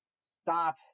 stop